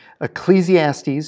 Ecclesiastes